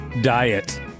Diet